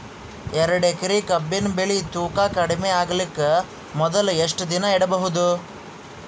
ಎರಡೇಕರಿ ಕಬ್ಬಿನ್ ಬೆಳಿ ತೂಕ ಕಡಿಮೆ ಆಗಲಿಕ ಮೊದಲು ಎಷ್ಟ ದಿನ ಇಡಬಹುದು?